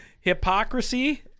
Hypocrisy